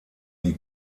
die